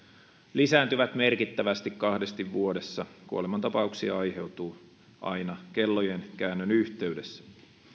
lisääntyvät merkittävästi kahdesti vuodessa kuolemantapauksia aiheutuu aina kellojen käännön yhteydessä